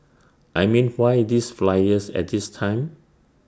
I mean why these flyers at this time